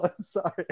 sorry